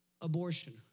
abortion